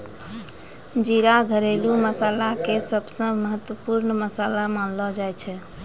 जीरा घरेलू मसाला के सबसॅ महत्वपूर्ण मसाला मानलो जाय छै